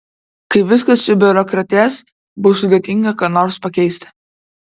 kai viskas subiurokratės bus sudėtinga ką nors pakeisti